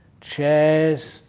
chairs